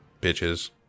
bitches